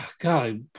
God